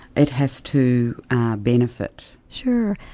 it has to benefit? sure.